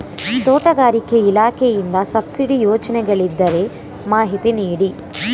ತೋಟಗಾರಿಕೆ ಇಲಾಖೆಯಿಂದ ಸಬ್ಸಿಡಿ ಯೋಜನೆಗಳಿದ್ದರೆ ಮಾಹಿತಿ ನೀಡಿ?